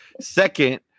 Second